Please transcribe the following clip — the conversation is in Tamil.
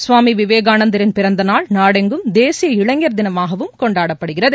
சுவாமி விவேகானந்தரின் பிறந்தநாள் நாடெங்கும் தேசிய இளைஞர் தினமாகவும் கொண்டாடப்படுகிறது